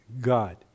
God